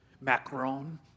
Macron